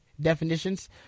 definitions